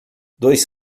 dois